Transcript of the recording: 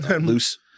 loose